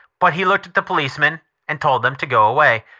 but he looked at the policeman and told them to go away.